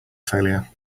failure